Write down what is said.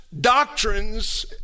doctrines